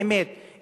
באמת,